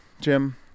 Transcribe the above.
Jim